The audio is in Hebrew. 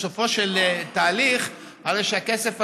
בסופו של תהליך הכסף הזה,